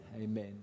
Amen